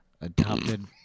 adopted